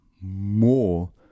more